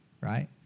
right